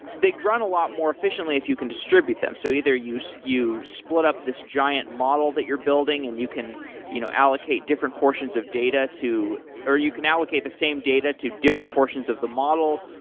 they run a lot more efficiently if you can distribute them. so either you split up this giant model that you're building and you can you know allocate different portions of data to or you can allocate the same data to different portions of the model,